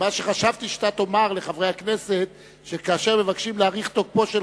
מה שחשבתי שאתה תאמר לחברי הכנסת זה שכאשר מבקשים להאריך תוקפו של